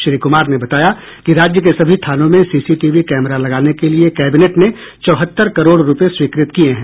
श्री कुमार ने बताया कि राज्य को सभी थानों में सीसीटीवी कैमरा लगाने के लिये कैबिनेट ने चौहत्तर करोड़ रूपये स्वीकृत किये हैं